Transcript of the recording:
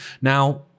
Now